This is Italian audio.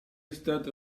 stata